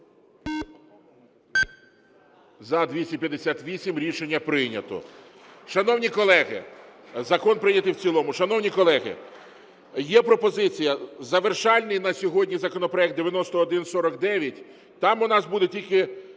Закон прийнятий в цілому. Шановні колеги, є пропозиція, завершальний на сьогодні законопроект 9149, там у нас буде тільки